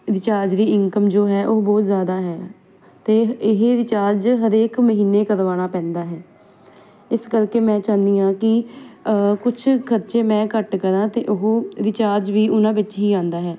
recharge ਦੀ income ਜੋ ਹੈ ਉਹ ਬਹੁਤ ਜਿਆਦਾ ਹੈ ਤੇ ਇਹ ਰਿਚਾਰਜ ਹਰੇਕ ਮਹੀਨੇ ਕਰਵਾਉਣਾ ਪੈਂਦਾ ਹੈ ਇਸ ਕਰਕੇ ਮੈਂ ਚਾਹੁੰਦੀ ਆਂ ਕਿ ਕੁਝ ਖਰਚੇ ਮੈਂ ਘੱਟ ਕਰਾਂ ਤੇ ਉਹ ਰੀਚਾਰਜ ਵੀ ਉਹਨਾਂ ਵਿੱਚ ਹੀ ਆਂਦਾ ਹੈ